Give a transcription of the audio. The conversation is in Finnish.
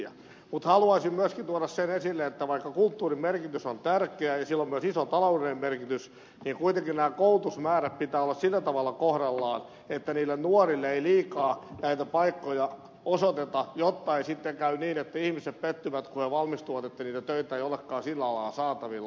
mutta haluaisin myöskin tuoda sen esille että vaikka kulttuurin merkitys on tärkeä ja sillä on myös iso taloudellinen merkitys niin kuitenkin näiden koulutusmäärien pitää olla sillä tavalla kohdallaan että niille nuorille ei liikaa paikkoja osoiteta jotta ei sitten käy niin että ihmiset pettyvät kun he valmistuvat kun niitä töitä ei olekaan sillä alalla saatavilla